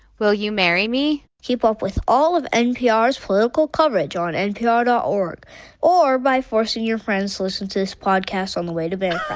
will you marry me? keep up with all of npr's political coverage on npr dot org or by forcing your friends to listen to this podcast on the way to band